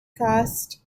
cast